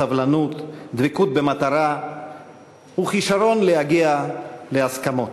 סבלנות, דבקות במטרה וכישרון להגיע להסכמות.